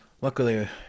Luckily